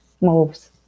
moves